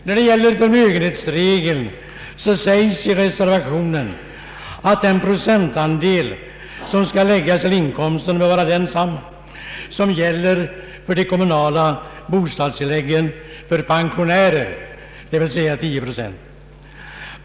När det gäller förmögenhetsregeln sägs i reservationen att den procentandel som skall läggas till inkomsten bör vara densamma som gäller för de kommunala bostadstilläggen för pensionärer, d.v.s. 10 procent.